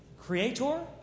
Creator